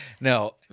No